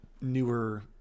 newer